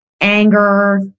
anger